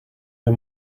you